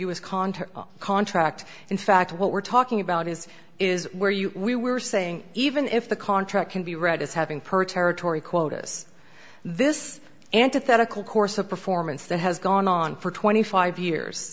content contract in fact what we're talking about is is where you we were saying even if the contract can be read as having per territory quotas this antithetical course of performance that has gone on for twenty five years